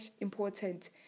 important